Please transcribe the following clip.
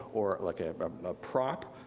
or like a prop,